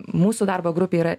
mūsų darbo grupė yra